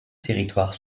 territoire